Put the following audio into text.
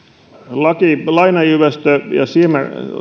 lainajyvästö